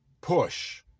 push